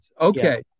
Okay